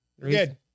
Good